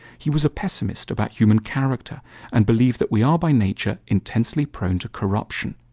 he was a pessimist about human character and believed that we are by nature intensely prone to corruption.